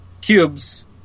cubes